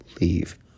leave